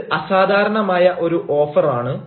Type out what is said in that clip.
ഇത് അസാധാരണമായ ഒരു ഓഫർ ആണ്